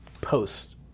post